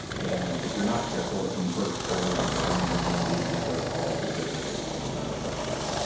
and if you're not careful, it can burst early in the cooking, and you're going to lose sort of all of the goodness of what's inside the sausage.